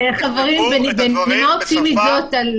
תכתבו את הדברים בשפת הדיוטות.